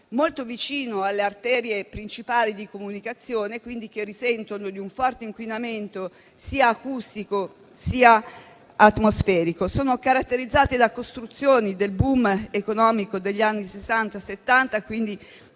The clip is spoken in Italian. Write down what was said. molto vicine alle arterie principali di comunicazione, che risentono di un forte inquinamento, sia acustico sia atmosferico. Sono caratterizzate da costruzioni del *boom* economico degli anni 60 e 70; quindi,